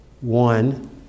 one